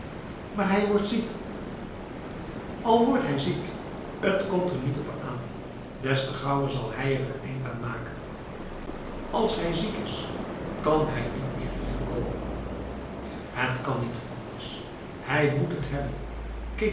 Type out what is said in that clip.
maar hij wordt ziekf al wordt hij ziek t komt er niet op aan des te gauwer zal hij er een eind aan makenf als hij ziek is kan hij niet meer hier komenf het kan niet anders hij moet het hebben